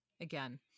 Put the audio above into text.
again